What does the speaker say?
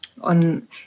on